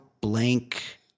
blank